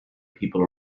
people